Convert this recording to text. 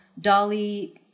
Dolly